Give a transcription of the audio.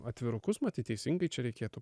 atvirukus matyt teisingai čia reikėtų